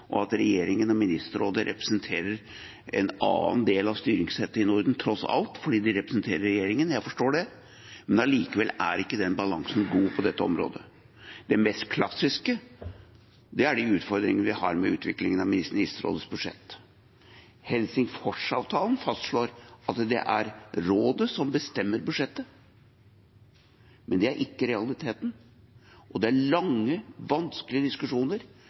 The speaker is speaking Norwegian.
og at regjeringen og Ministerrådet representerer en annen del av styringssettet i Norden, tross alt, fordi de representerer regjeringen. Jeg forstår det. Men likevel er ikke den balansen god på dette området. Det mest klassiske er utfordringene vi har med utviklingen av Ministerrådets budsjett. Helsingforsavtalen fastslår at det er Rådet som bestemmer budsjettet. Men det er ikke realiteten, og det er lange, vanskelige diskusjoner